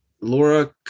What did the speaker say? Laura